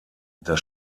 das